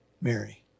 Mary